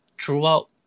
throughout